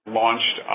launched